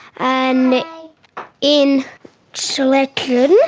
and in selection